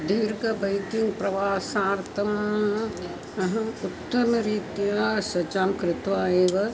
दीर्घः बैकिङ्ग् प्रवासार्थम् अहं उत्तमरीत्या सज्जता कृत्वा एव